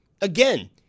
Again